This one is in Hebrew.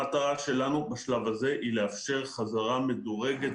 המטרה שלנו בשלב הזה היא לאפשר חזרה מדורגת,